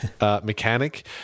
mechanic